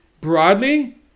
broadly